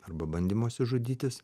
arba bandymosi žudytis